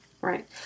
Right